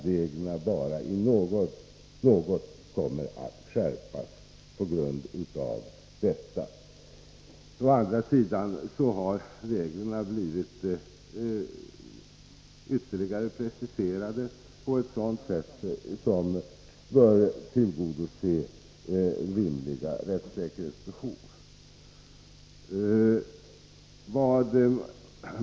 Reglerna kommer bara att skärpas något. Å andra sidan har reglerna blivit ytterligare preciserade på ett sätt som bör tillgodose rimliga rättssäkerhetskrav.